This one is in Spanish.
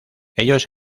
ellos